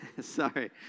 Sorry